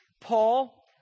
Paul